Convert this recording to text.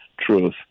truth